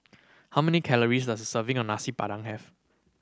how many calories does a serving of Nasi Padang have